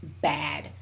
bad